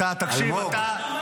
תפסיק, זה לא ספורט.